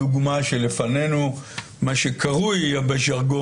יש דוגמה לפנינו שלא אפשרנו לממשלה והוא מה שקרוי בז'רגון